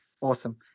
Awesome